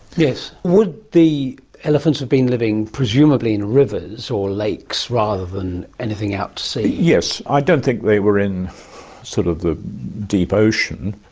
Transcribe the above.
yes. would the elephants have been living presumably in rivers or lakes rather than anything out to sea? yes, i don't think they were in sort of the deep ocean,